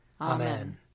Amen